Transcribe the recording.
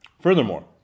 furthermore